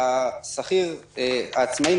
העצמאי,